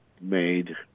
made